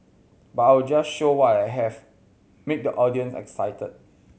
but I'll just show what I have make the audience excited